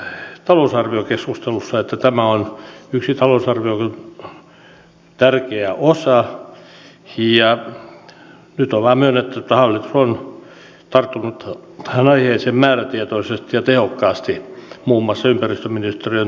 totesin talousarviokeskustelussa että tämä on yksi talousarvion tärkeä osa ja nyt ollaan myönnetty että hallitus on tarttunut tähän aiheeseen määrätietoisesti ja tehokkaasti muun muassa ympäristöministeriön työn kautta